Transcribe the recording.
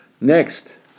Next